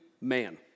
Man